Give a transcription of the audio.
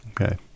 Okay